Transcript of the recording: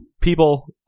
people